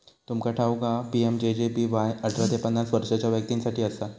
तुमका ठाऊक हा पी.एम.जे.जे.बी.वाय अठरा ते पन्नास वर्षाच्या व्यक्तीं साठी असा